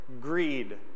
greed